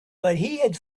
had